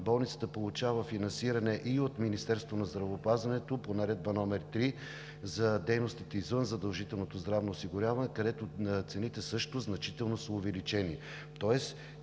болницата получава финансиране и от Министерството на здравеопазването по Наредба № 3 за дейностите извън задължителното здравно осигуряване, където цените също са увеличени значително. Тоест